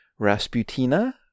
Rasputina